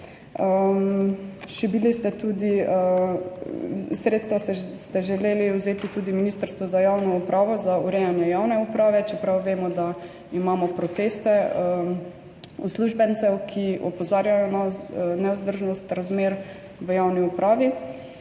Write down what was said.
Sredstva ste želeli vzeti tudi Ministrstvu za javno upravo za urejanje javne uprave, čeprav vemo, da imamo proteste uslužbencev, ki opozarjajo na nevzdržnost razmer v javni upravi.